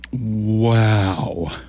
Wow